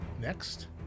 next